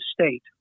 state